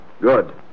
Good